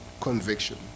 conviction